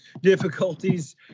difficulties